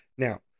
Now